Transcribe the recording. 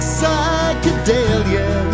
psychedelia